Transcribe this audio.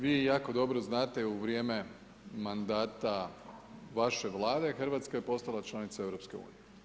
Vi jako dobro znate u vrijeme mandata vaše Vlade RH je postala članica EU.